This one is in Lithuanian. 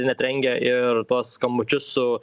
net rengia ir tuos skambučius su